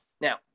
Now